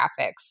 graphics